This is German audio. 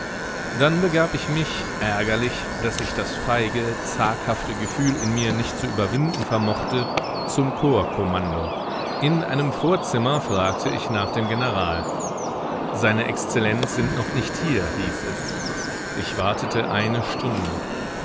dann begab ich mich ärgerlich daß ich das feige zaghafte gefühl in mir nicht zu überwinden vermochte zum korpskommando in einem vorzimmer fragte ich nach dem general seine exzellenz sind noch nicht hier hieß es ich wartete eine stunde